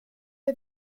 jag